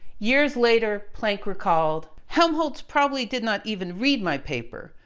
years later, planck recalled, helmholtz probably did not even read my paper.